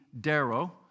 Darrow